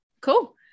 cool